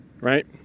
right